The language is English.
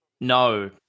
No